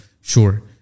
Sure